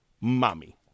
Mommy